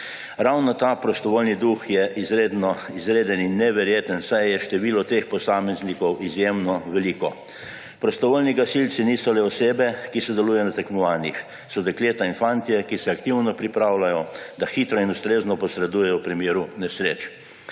Ravno ta prostovoljni duh je izreden in neverjeten, saj je število teh posameznikov izjemno veliko. Prostovoljni gasilci niso le osebe, ki sodelujejo na tekmovanjih, so dekleta in fantje, ki se aktivno pripravljajo, da hitro in ustrezno posredujejo v primeru nesreč.